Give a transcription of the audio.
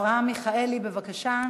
יעלה חבר הכנסת אברהם מיכאלי, בבקשה.